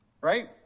right